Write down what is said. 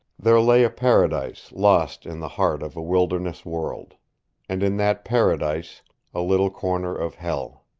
there lay a paradise lost in the heart of a wilderness world and in that paradise a little corner of hell.